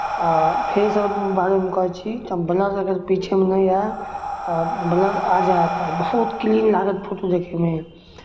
आ फेसऐपके बारेमे कहै छी तऽ ब्लर अगर पीछेमे नहि हए तऽ ब्लर आ जायत आ बहुत क्लीन लागत फोटो देखयमे